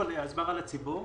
בתקופת הקורונה,